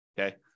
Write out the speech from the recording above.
Okay